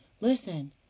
Listen